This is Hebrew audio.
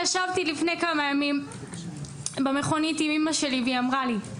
ישבתי לפני כמה ימים במכונית עם אימא שלי והיא אמרה לי,